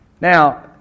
Now